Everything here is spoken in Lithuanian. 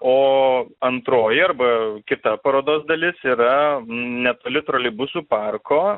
o antroji arba kita parodos dalis yra netoli troleibusų parko